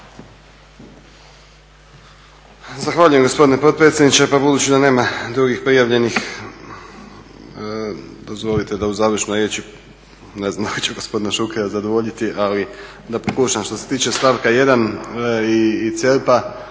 Zahvaljujem gospodine potpredsjedniče. Pa budući da nema drugih prijavljenih dozvolite da u završnoj riječi, ne znam da li će gospodina Šuker zadovoljiti, ali da pokušam. Što se tiče stavka 1. i CERP-a